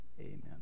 amen